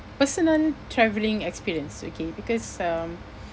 personal travelling experience okay because um